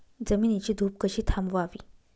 जमिनीची धूप कशी थांबवावी?